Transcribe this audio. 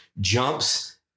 jumps